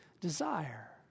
desire